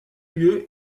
lieu